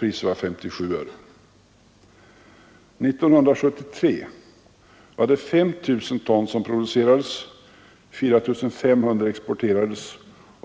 Priset var 57 öre. År 1973 producerades 5 miljoner ton och exporterades